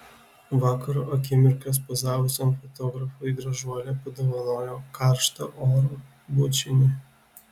vakaro akimirkas pozavusiam fotografui gražuolė padovanojo karštą oro bučinį